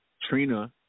Trina